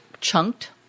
chunked